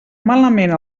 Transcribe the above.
malament